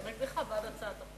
לא נגדך, בעד הצעת החוק.